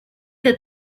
that